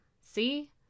See